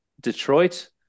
Detroit